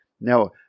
Now